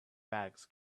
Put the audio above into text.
bags